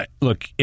look